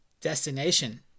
destination